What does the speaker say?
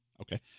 Okay